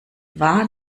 war